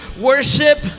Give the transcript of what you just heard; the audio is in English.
worship